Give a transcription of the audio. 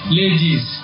ladies